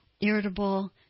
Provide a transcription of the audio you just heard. irritable